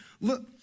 Look